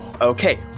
Okay